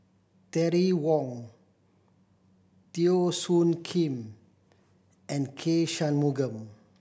Terry Wong Teo Soon Kim and K Shanmugam